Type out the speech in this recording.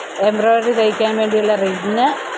embroidery തയ്ക്കാൻ വേണ്ടിയുള്ള ring